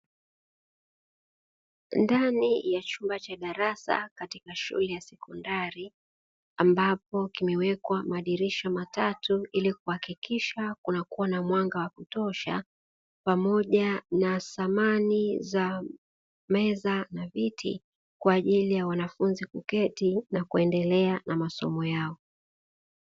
Ndani ya chumba cha darasa katika shule ya sekondari, ambapo kimewekwa madirisha matatu, ili kuhakikisha kunakuwa na mwanga wa kutosha, pamoja na samani za meza na viti, kwa ajili ya wanafunzi kuketi na kuendelea na masomo yao.